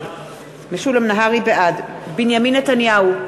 בעד בנימין נתניהו,